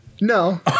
No